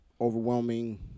overwhelming